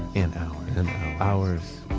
and hours